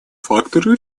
факторы